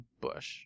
Bush